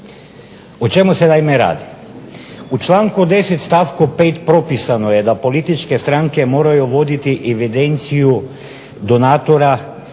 O čemu se naime radi. U članku 10. stavku 5. propisano je da političke stranke moraju voditi evidenciju donatora